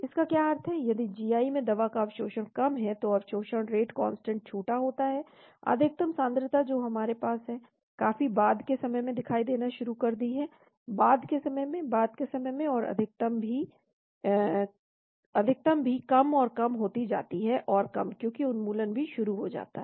इसका क्या अर्थ है कि यदि जीआई में दवा का अवशोषण कम है तो अवशोषण रेट कांस्टेंट छोटा होता है अधिकतम सांद्रता जो हमारे पास है काफी बाद के समय में दिखाई देना शुरू कर दी है बाद के समय में बाद के समय में और अधिकतम भी कम और कम होती जाति है और कम क्योंकि उन्मूलन भी शुरू हो जाता है